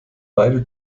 beide